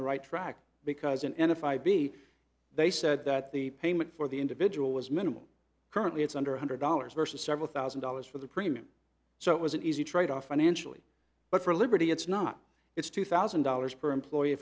the right track because and if i be they said that the payment for the individual was minimal currently it's under one hundred dollars versus several thousand dollars for the premium so it was an easy trade off financially but for liberty it's not it's two thousand dollars per employee